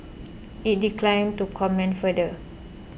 it declined to comment further